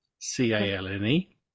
C-A-L-N-E